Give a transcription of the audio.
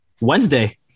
Wednesday